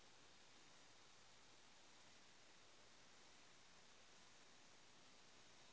जीवन बीमा कहाँ कहाँ से करवा सकोहो ही?